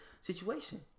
situation